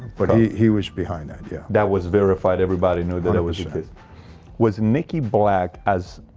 but he he was behind that yeah that was verified everybody know that it was it was nicky black as